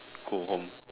go home